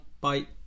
Bye